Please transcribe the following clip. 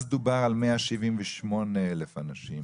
אז דובר על 178,000 אנשים,